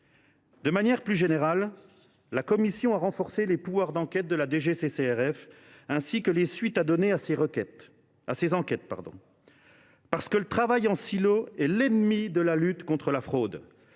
De manière plus générale, la commission a renforcé les pouvoirs d’enquête de la DGCCRF, ainsi que les suites à donner à ses enquêtes. Parce que le travail en silo est l’ennemi de la lutte contre la fraude,